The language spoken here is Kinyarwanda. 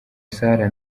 sarah